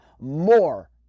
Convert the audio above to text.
more